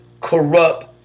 corrupt